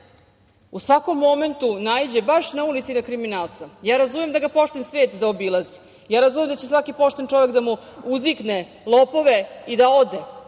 u svakom momentu naiđe baš na ulici na kriminalca? Razumem da ga pošten svet zaobilazi, razumem da će svaki pošten čovek da mu uzvikne – lopove i da ode,